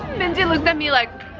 minji looks at me like